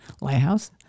lighthouse